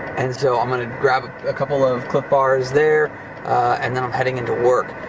and so, i'm gonna grab a couple of clif bars there and then i'm heading into work.